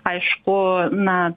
aišku na